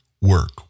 work